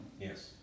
Yes